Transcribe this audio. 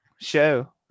show